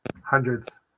Hundreds